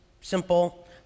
simple